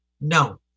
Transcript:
No